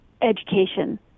education